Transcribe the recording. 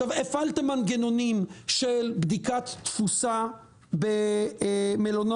הפעלתם מנגנונים של בדיקת תפוסה במלונות,